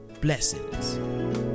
Blessings